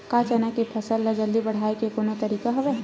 का चना के फसल ल जल्दी बढ़ाये के कोनो तरीका हवय?